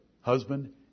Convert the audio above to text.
husband